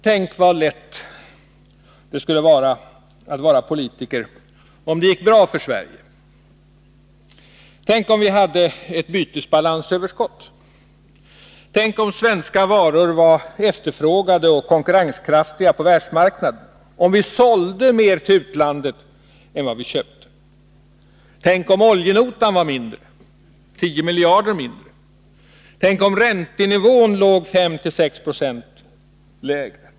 Tänk vad lätt det skulle vara att vara politiker om det gick bra för Sverige! Tänk om vi hade ett bytesbalansöverskott! Tänk om svenska varor var efterfrågade och konkurrenskraftiga på världsmarknaden, om vi sålde mer till utlandet än vad vi köper! Tänk om oljenotan var 10 miljarder mindre! Tänk om räntenivån låg 5-6 96 lägre!